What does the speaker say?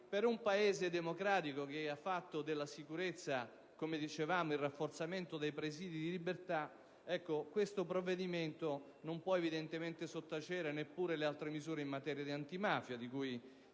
per un Paese democratico che ha fatto della sicurezza il rafforzamento dei presìdi di libertà, questo provvedimento non può trascurare neppure le altre misure in materia di antimafia, di cui